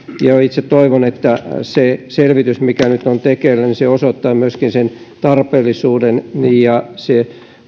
itse toivon että se selvitys mikä nyt on tekeillä osoittaa myöskin sen tarpeellisuuden ja se